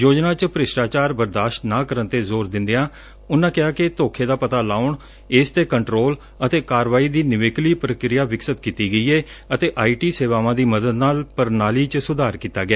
ਯੋਜਨਾ ਚ ਭ੍ਸ਼ਟਾਚਾਰ ਬਰਦਾਸਤ ਨਾ ਕਰਨ ਤੇ ਜੋਰ ਦਿੰਦਿਆਂ ਉਨੂਾ ਕਿਹਾ ਕਿ ਧੋਖੇ ਦਾ ਪਤਾ ਲਾਉਣ ਇਸ ਤੇ ਕੰਟਰੋਲ ਅਤੇ ਕਾਰਵਾਈ ਦੀ ਨਿਵੇਕਲੀ ਪ੍ਕਿਰਿਆ ਵਿਕਸਤ ਕੀਤੀ ਗਈ ਏ ਅਤੇ ਆਈ ਟੀ ਸੇਵਾਵਾਂ ਦੀ ਮਦਦ ਨਾਲ ਪ੍ਰਣਾਲੀ ਚ ਸੁਧਾਰ ਕੀਤਾ ਗਿਆ